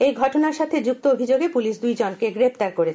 এই ঘটনার সাখে যুক্ত অভিযোগে পুলিশ দুই জনকে গ্রেপ্তার করেছে